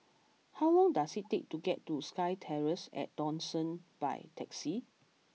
how long does it take to get to SkyTerrace at Dawson by taxi